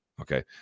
okay